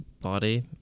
body